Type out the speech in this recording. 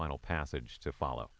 final passage to follow